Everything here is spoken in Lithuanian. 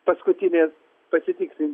paskutinės pasitikslint